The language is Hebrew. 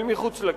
אל מחוץ לכלא.